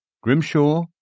Grimshaw